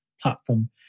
platform